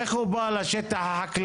איך הוא בא לשטח החקלאי?